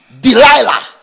Delilah